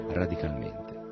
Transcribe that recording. radicalmente